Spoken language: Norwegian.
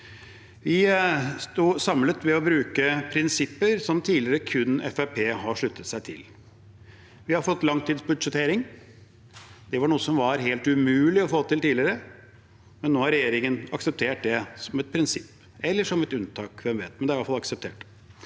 Vi sto samlet ved å bruke prinsipper som tidligere kun Fremskrittspartiet har sluttet seg til. Vi har fått langtidsbudsjettering. Det var noe som var helt umulig å få til tidligere. Nå har regjeringen akseptert det som et prinsipp, eller som et unntak – hvem vet, men det er i alle fall akseptert.